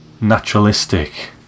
naturalistic